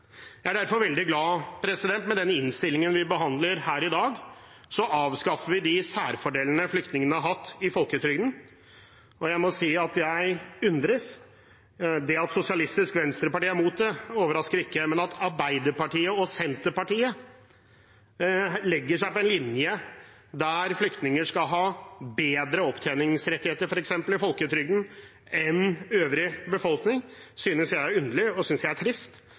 Jeg er derfor glad for at med den innstillingen vi behandler her i dag, avskaffer vi de særfordelene flyktningene har hatt i folketrygden. At Sosialistisk Venstreparti er imot det, overrasker ikke, men jeg må si jeg undres over at Arbeiderpartiet og Senterpartiet legger seg på en linje der flyktninger skal ha bedre opptjeningsrettigheter f.eks. i folketrygden enn øvrig befolkning. Det synes jeg er underlig og trist, men heldigvis tilhører de mindretallet. Flertallet i dag retter opp i den uretten. Det er